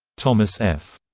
thomas f.